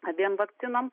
abiem vakcinom